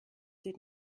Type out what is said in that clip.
did